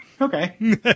Okay